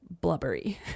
blubbery